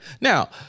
Now